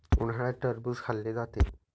उन्हाळ्यात टरबूज खाल्ले जाते